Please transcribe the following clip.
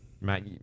Matt